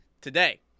today